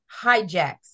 hijacks